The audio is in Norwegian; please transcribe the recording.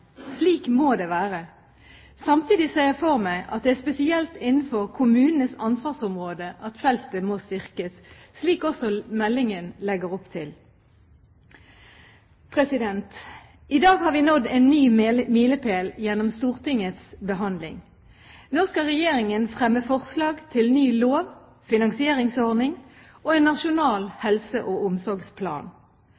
Slik må det være. Samtidig ser jeg for meg at det er spesielt innenfor kommunenes ansvarsområder, at feltet må styrkes, slik også meldingen legger opp til. I dag har vi nådd en ny milepæl gjennom Stortingets behandling. Nå skal Regjeringen fremme forslag til ny lov, finansieringsordning og en nasjonal